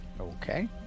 Okay